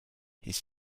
his